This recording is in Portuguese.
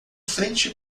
frente